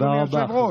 אדוני היושב-ראש,